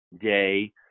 day